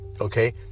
Okay